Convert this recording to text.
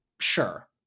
Sure